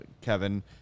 Kevin